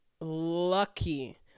lucky